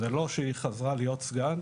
זה לא שהיא חזרה להיות סגן,